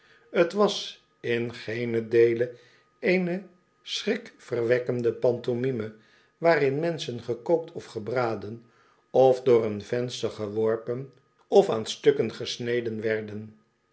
t was in geenen deele eene schrikverwekkende pantomime waarin menschen gekookt of gebraden of door een venster geworpen of aan stukken gesneden werden